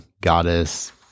goddess